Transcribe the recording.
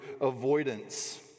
avoidance